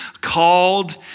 called